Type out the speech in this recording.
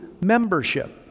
membership